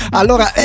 allora